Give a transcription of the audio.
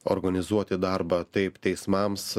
organizuoti darbą taip teismams